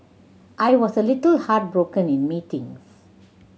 I was a little heartbroken in meetings